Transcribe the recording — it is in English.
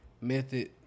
Method